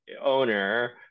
owner